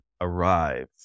arrive